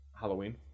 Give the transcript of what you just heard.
Halloween